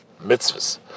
mitzvahs